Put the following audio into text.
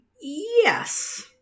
Yes